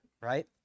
right